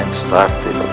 started